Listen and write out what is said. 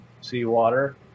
seawater